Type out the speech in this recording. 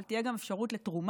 אבל תהיה גם אפשרות לתרומה